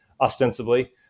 ostensibly